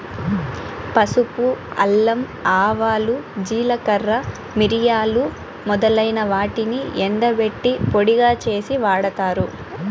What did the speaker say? పసుపు, అల్లం, ఆవాలు, జీలకర్ర, మిరియాలు మొదలైన వాటిని ఎండబెట్టి పొడిగా చేసి వాడతారు